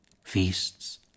Feasts